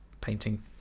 painting